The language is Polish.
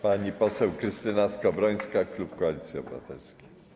Pani poseł Krystyna Skowrońska, klub Koalicji Obywatelskiej.